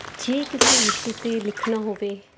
ਜੇ ਕਿਸੇ ਵਿਸ਼ੇ 'ਤੇ ਲਿਖਣਾ ਹੋਵੇ